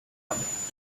just